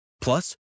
Plus